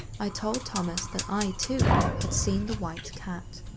i told thomas that i, too, had seen the white cat.